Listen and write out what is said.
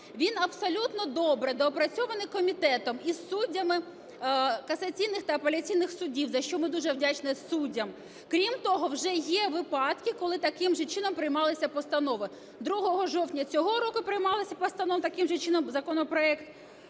Він абсолютно добре доопрацьований комітетом і суддями касаційних та апеляційних судів, за що ми дуже вдячні суддям. Крім того, вже є випадки, коли таким чином приймалися постанови, 2 жовтня цього року приймалася постанова таким же чином, законопроект,